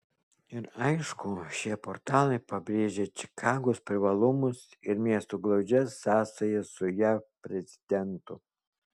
ir aišku šie portalai pabrėžia čikagos privalumus ir miesto glaudžias sąsajas su jav prezidentu